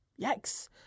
yikes